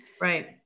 Right